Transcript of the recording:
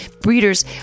Breeders